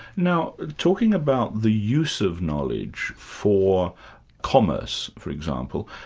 now talking about the use of knowledge for commerce, for example.